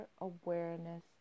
awareness